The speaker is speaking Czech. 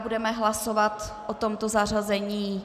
Budeme hlasovat o tomto zařazení.